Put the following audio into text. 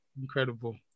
Incredible